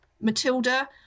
Matilda